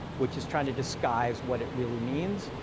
which is trying to disguise what it really means.